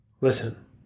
Listen